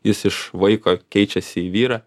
jis iš vaiko keičiasi į vyrą